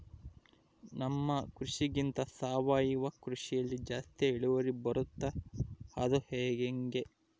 ನಮ್ಮ ಕೃಷಿಗಿಂತ ಸಾವಯವ ಕೃಷಿಯಲ್ಲಿ ಜಾಸ್ತಿ ಇಳುವರಿ ಬರುತ್ತಾ ಅದು ಹೆಂಗೆ?